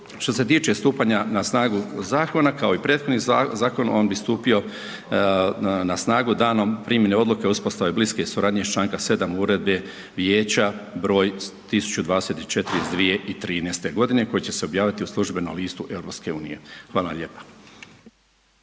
Što se tiče stupanja na snagu, kao i prethodni zakon on bi stupio na snagu danom primjene odluke o uspostavi bliske suradnje iz Članka 7. Uredbe vijeća broj 1024 iz 2013. godine koji će se objaviti u službenom listu EU. Hvala vam lijepa.